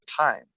time